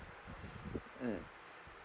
mm